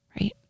right